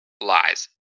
lies